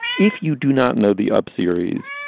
if you do not know the up series,